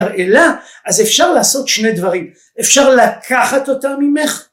אלא אז אפשר לעשות שני דברים, אפשר לקחת אותם ממך